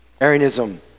Arianism